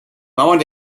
mauern